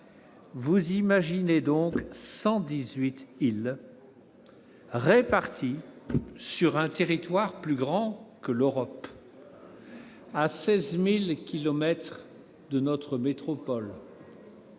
faut imaginer 118 îles réparties sur un territoire plus grand que l'Europe, à 16 000 kilomètres de notre métropole,